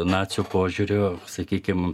nacių požiūriu sakykim